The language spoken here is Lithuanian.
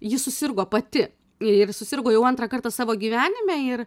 ji susirgo pati ir susirgo jau antrą kartą savo gyvenime ir